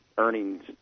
earnings